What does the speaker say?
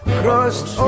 crossed